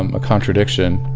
um a contradiction.